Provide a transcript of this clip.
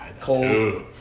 Cold